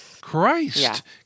Christ